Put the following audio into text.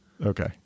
Okay